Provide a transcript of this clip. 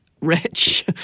rich